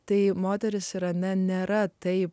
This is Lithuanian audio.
tai moterys irane nėra taip